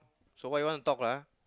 so what you want to talk lah